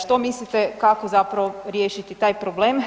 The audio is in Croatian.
Što mislite kako zapravo riješiti taj problem?